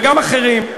וגם אחרים,